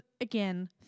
again